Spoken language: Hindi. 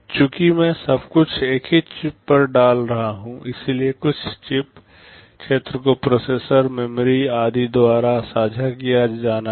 चूंकि मैं सब कुछ एक ही चिप पर डाल रहा हूं इसलिए कुल चिप क्षेत्र को प्रोसेसर मेमोरी आदि द्वारा साझा किया जाना है